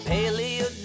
Paleo